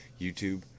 YouTube